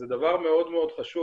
זה דבר מאוד מאוד חשוב.